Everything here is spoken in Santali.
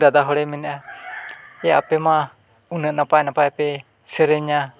ᱫᱟᱫᱟ ᱦᱚᱲᱮ ᱢᱮᱱᱮᱫᱼᱟ ᱡᱮ ᱟᱯᱮ ᱢᱟ ᱩᱱᱟᱹᱜ ᱱᱟᱯᱟᱭᱼᱱᱟᱯᱟᱭ ᱯᱮ ᱥᱮᱨᱮᱧᱟ